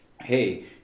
hey